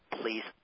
please